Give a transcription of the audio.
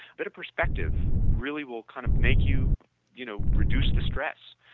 bit of perspective really will kind of make you you know reduce the stress,